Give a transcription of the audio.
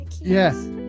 Yes